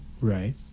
Right